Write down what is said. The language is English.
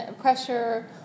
pressure